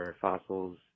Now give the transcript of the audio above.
fossils